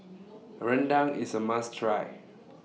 A Rendang IS A must Try